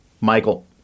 Michael